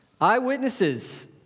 Eyewitnesses